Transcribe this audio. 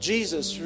Jesus